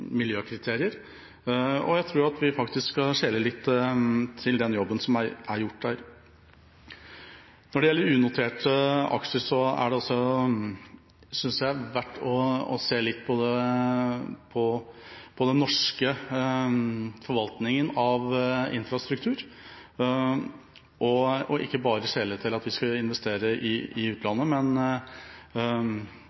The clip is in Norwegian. miljøkriterier. Jeg tror vi skal skjele litt til den jobben som er gjort der. Når det gjelder unoterte aksjer, er det også, synes jeg, verdt å se litt på den norske forvaltningen av infrastruktur og ikke bare skjele til at vi skal investere i utlandet. Det er mer hvordan vi skal organisere dette på hjemmebane som vi bør se litt i